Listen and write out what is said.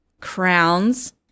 crowns